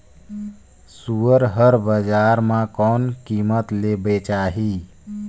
सुअर हर बजार मां कोन कीमत ले बेचाही?